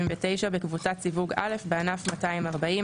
בקבוצת סיווג א' בענף 240,